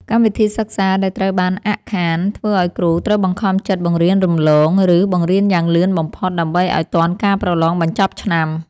កម្មវិធីសិក្សាដែលត្រូវបានអាក់ខាន ធ្វើឱ្យគ្រូត្រូវបង្ខំចិត្តបង្រៀនរំលង ឬ បង្រៀនយ៉ាងលឿនបំផុត ដើម្បីឱ្យទាន់ការប្រឡងបញ្ចប់ឆ្នាំ។